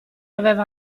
aveva